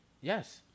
Yes